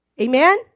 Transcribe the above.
Amen